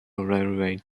railway